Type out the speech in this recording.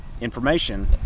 information